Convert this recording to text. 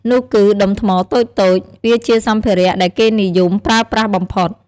នោះគឺដុំថ្មតូចៗ វាជាសម្ភារៈដែលគេនិយមប្រើប្រាស់បំផុត។